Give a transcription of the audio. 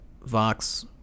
Vox